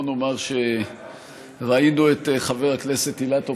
בואו נאמר שכבר ראינו את חבר הכנסת אילטוב